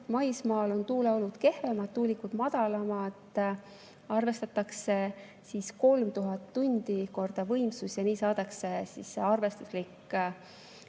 maismaal on tuuleolud kehvemad, tuulikud madalamad, ja arvestatakse 3000 tundi korda võimsus. Nii saadakse see arvestuslik kogus